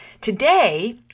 Today